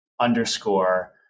underscore